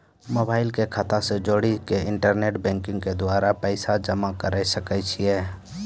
Mobile के खाता से जोड़ी के इंटरनेट बैंकिंग के द्वारा पैसा जमा करे सकय छियै?